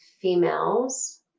females